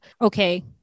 okay